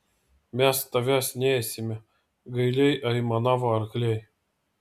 mes tavęs neėsime gailiai aimanavo arkliai